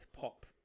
pop